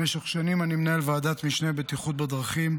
במשך שנים אני מנהל את ועדת המשנה לבטיחות בדרכים.